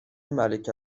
ملک